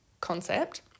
concept